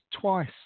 twice